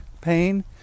pain